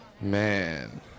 man